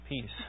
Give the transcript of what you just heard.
peace